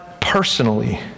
personally